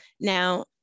Now